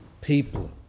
people